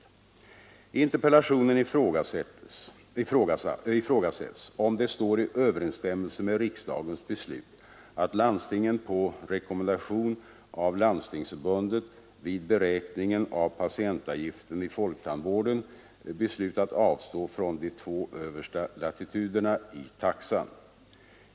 I interpellationen ifrågasätts om det står i överensstämmelse med riksdagens beslut att landstingen på rekommendation av Landstingsförbundet vid beräkningen av patientavgiften i folktandvården beslutat avstå från de två översta latituderna i taxan.